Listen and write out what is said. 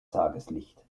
tageslicht